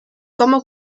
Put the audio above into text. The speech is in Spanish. cómo